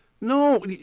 No